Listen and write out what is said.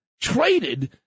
traded